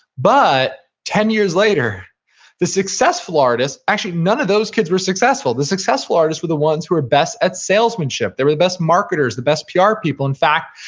but ten years later the successful artist, actually, none of those kids were successful. the successful artists were the ones who were best at salesmanship, they were the best marketers, the best pr people in fact,